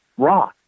Raw